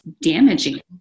damaging